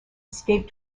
escaped